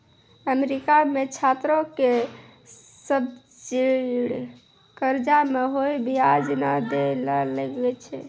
America मे छात्रो के सब्सिडी कर्जा मे कोय बियाज नै दै ले लागै छै